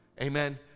Amen